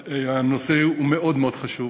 הנושא הוא מאוד מאוד חשוב.